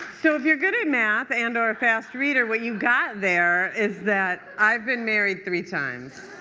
so if you're good at math and or a fast reader, what you've got there is that i've been married three times.